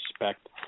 respect